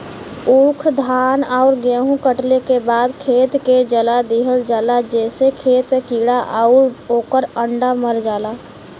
ऊख, धान आउर गेंहू कटले के बाद खेत के जला दिहल जाला जेसे खेत के कीड़ा आउर ओकर अंडा मर जाला